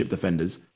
defenders